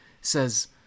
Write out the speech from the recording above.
says